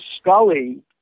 Scully